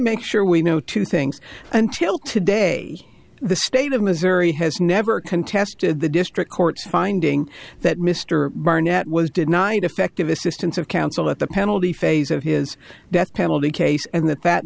make sure we know two things until today the state of missouri has never contested the district court's finding that mr barnett was did knight effective assistance of counsel at the penalty phase of his death penalty case and th